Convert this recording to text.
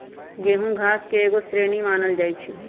गेहूम घास के एगो श्रेणी मानल जाइ छै